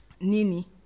Nini